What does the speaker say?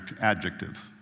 adjective